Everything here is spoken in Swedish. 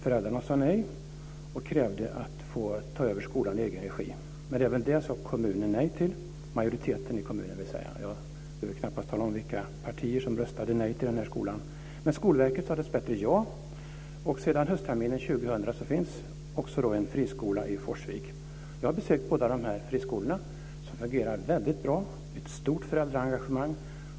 Föräldrarna sade nej och krävde att få ta över skolan i egen regi. Men även det sade majoriteten i kommunen nej till. Jag behöver knappast tala om vilka partier som röstade nej till den här skolan, men Skolverket sade dessbättre ja. Och sedan höstterminen 2000 finns det en friskola i Forsvik. Jag har besökt båda de här friskolorna, som fungerar väldigt bra. Det är ett stort föräldraengagemang.